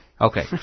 Okay